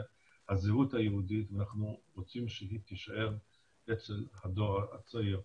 הזהות היהודית ואנחנו רוצים שהיא תישאר אצל הדור הצעיר.